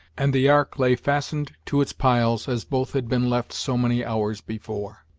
and the ark lay fastened to its piles, as both had been left so many hours before.